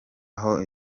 aho